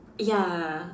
ya